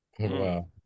wow